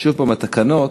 שוב, התקנות,